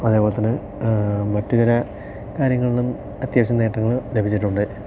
അതേപോലെതന്നെ മറ്റുചില കാര്യങ്ങളിലും അത്യാവശ്യം നേട്ടങ്ങൾ ലഭിച്ചിട്ടുണ്ട്